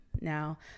Now